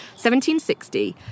1760